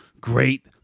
Great